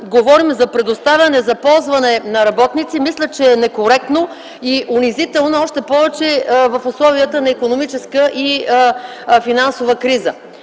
говорим за предоставяне за ползване на работници мисля, че е некоректно и унизително, още повече в условията на икономическа и финансова криза.